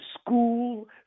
School